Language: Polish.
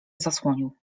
zasłonił